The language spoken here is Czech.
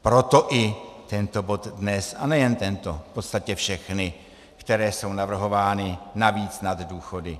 Proto i tento bod dnes a nejen tento, v podstatě všechny, které jsou navrhovány navíc nad důchody.